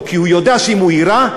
כי הוא יודע שאם הוא יירה,